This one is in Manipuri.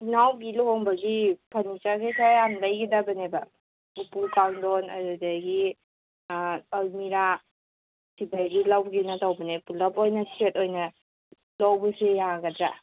ꯏꯅꯥꯎꯄꯤ ꯂꯨꯍꯣꯡꯕꯒꯤ ꯐꯔꯅꯤꯆꯔ ꯈꯔ ꯌꯥꯝ ꯂꯩꯒꯗꯕꯅꯦꯕ ꯎꯄꯨ ꯀꯥꯡꯗꯣꯟ ꯑꯗꯨꯗꯒꯤ ꯑꯜꯃꯤꯔꯥ ꯁꯤꯗꯒꯤ ꯂꯧꯒꯦꯅ ꯇꯧꯕꯅꯦ ꯄꯨꯂꯞ ꯑꯣꯏꯅ ꯁꯦꯠ ꯑꯣꯏꯅ ꯂꯧꯕꯁꯦ ꯌꯥꯒꯗ꯭ꯔꯥ